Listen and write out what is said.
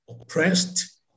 oppressed